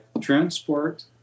transport